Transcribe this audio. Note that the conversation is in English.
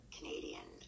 Canadian